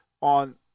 on